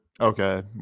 okay